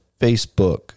Facebook